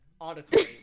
Auditory